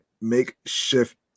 makeshift